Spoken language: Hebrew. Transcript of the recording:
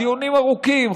דיונים ארוכים,